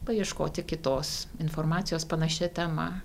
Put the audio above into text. paieškoti kitos informacijos panašia tema